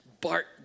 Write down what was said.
Bart